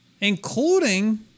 including